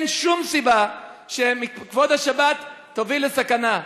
אין שום סיבה שכבוד השבת תוביל לסכנה.